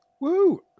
Woo